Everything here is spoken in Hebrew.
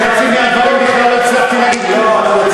חצי מהדברים, בכלל לא הצלחתי להגיד כלום.